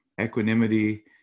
equanimity